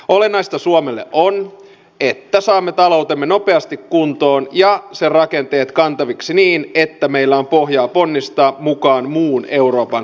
olennaista suomelle on että saamme taloutemme nopeasti kuntoon ja sen rakenteet kantaviksi niin että meillä on pohjaa ponnistaa mukaan muun euroopan kasvun imuun